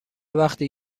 وقتی